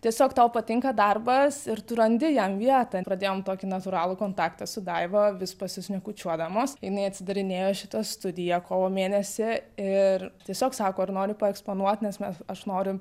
tiesiog tau patinka darbas ir tu randi jam vietą pradėjom tokį natūralų kontaktą su daiva vis pasišnekučiuodamos jinai atsidarinėjo šitą studiją kovo mėnesį ir tiesiog sako ar nori paeksponuot nes mes aš noriu